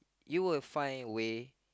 you will find a way